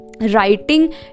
writing